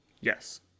Yes